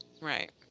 Right